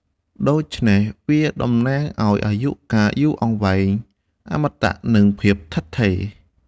ដូច្នេះវាតំណាងឲ្យអាយុកាលយូរ អមតៈ និងភាពថិតថេរ។